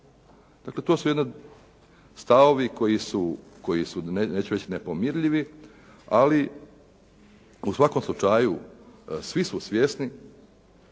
Dakle to su jedni stavovi koji su neću reći nepomirljivi, ali u svakom slučaju svi su svjesni